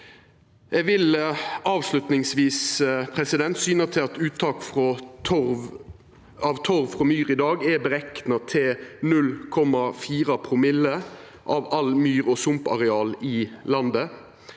Eg vil avslutningsvis syna til at uttak av torv frå myr i dag er berekna til 0,4 promille av all myr- og sumpareal i landet.